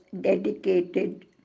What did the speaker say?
dedicated